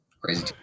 crazy